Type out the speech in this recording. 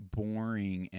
boring